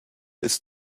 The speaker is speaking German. ist